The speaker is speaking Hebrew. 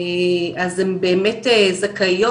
אז הן באמת זכאיות,